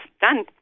done